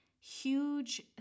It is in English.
huge